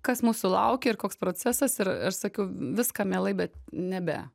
kas mūsų laukia ir koks procesas ir aš sakiau viską mielai bet nebe